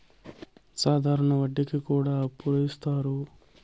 సాధారణ వడ్డీ కి కూడా అప్పులు ఇత్తారు